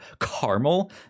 caramel